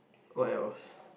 what else